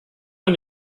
man